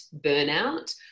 burnout